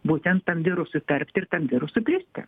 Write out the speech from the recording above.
būtent tam virusui tarpti ir tam virusui plisti